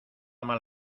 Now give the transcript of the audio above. mal